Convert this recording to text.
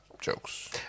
jokes